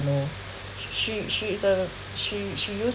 she she is a she she used